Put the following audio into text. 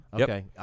Okay